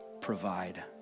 provide